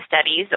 studies